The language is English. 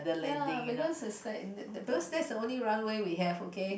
ya because it's like that that because that's the only runway we have okay